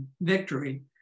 victory